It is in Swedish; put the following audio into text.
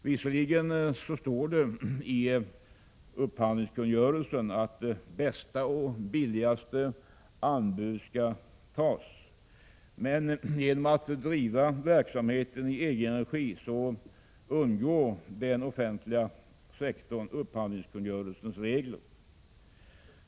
Visserligen säger upphandlingskungörelsen att bästa och billigaste anbud skall tas, men genom att driva verksamheten i egen regi kringgår den offentliga sektorn upphandlingskungörelsens regler.